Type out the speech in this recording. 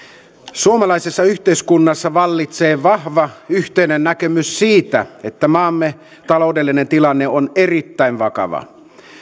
suomalaisessa yhteiskunnassa vallitsee vahva yhteinen näkemys siitä että maamme taloudellinen tilanne on erittäin vakava